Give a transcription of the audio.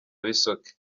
bisoke